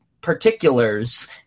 particulars